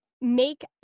make